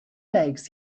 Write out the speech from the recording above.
legs